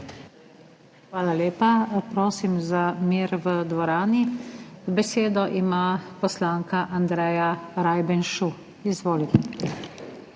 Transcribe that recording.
Hvala lepa. Prosim za mir v dvorani. Besedo ima poslanka Andreja Rajbenšu. Izvolite.